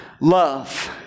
love